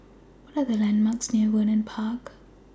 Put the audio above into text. What Are The landmarks near Vernon Park